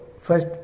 First